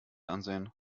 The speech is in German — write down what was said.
ansehen